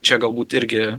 čia galbūt irgi